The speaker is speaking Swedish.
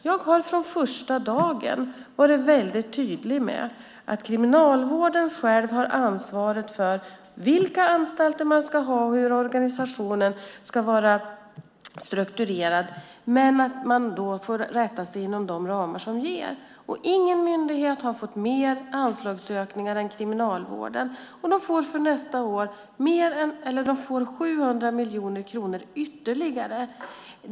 Jag har från första dagen varit tydlig med att Kriminalvården själv har ansvaret för vilka anstalter man ska ha och hur organisationen ska vara strukturerad. Men man får då rätta sig efter de ramar som finns. Ingen myndighet har fått mer anslagsökningar än Kriminalvården. De får för nästa år 700 miljoner kronor ytterligare.